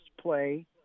play